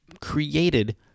created